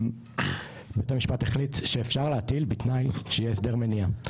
בית המשפט החליט שאפשר להטיל בתנאי שיהיה הסדר מניעה.